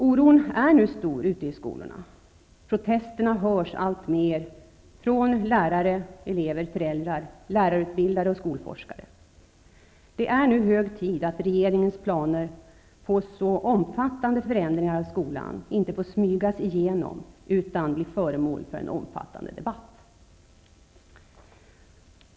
Oron är nu stor ute i skolorna. Protesterna hörs alltmer från lärare, elever, föräldrar, lärarutbildare och skolforskare. Det är nu hög tid att se till att regeringens planer på så omfattande förändringar av skolan inte smygs igenom, utan blir föremål för en omfattande debatt.